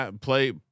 play